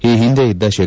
ಈ ಹಿಂದೆ ಇದ್ದ ಶೇ